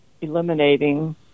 eliminating